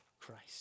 Christ